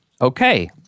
Okay